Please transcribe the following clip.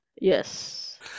Yes